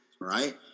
right